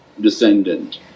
descendant